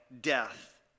death